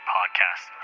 Podcast